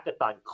hackathon